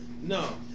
No